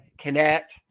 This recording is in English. connect